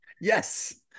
Yes